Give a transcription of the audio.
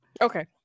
okay